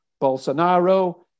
Bolsonaro